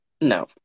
no